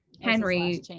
Henry